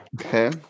okay